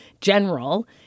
general